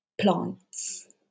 plants